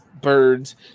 Birds